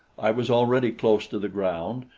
i was already close to the ground,